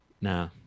Nah